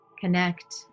connect